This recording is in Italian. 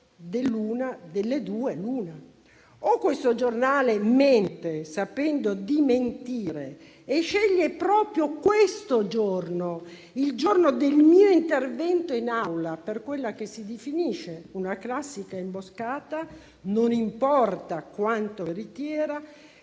Ebbene, delle due l'una: o questo giornale mente, sapendo di mentire, e sceglie proprio questo giorno, il giorno del mio intervento in Aula, per quella che si definisce una classica imboscata, non importa quanto veritiera,